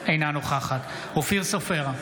אינה נוכחת אופיר סופר,